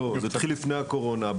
הביטול של החשב התחיל לפני הקורונה.